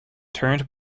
turned